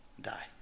die